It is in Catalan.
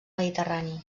mediterrani